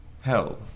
hell